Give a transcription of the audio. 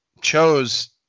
chose